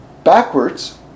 Backwards